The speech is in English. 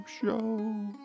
show